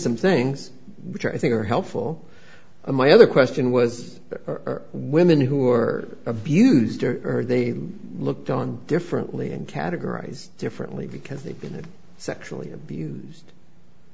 some things which i think are helpful to my other question was there are women who are abused or are they looked on differently and categorise differently because they've been sexually abused